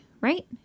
right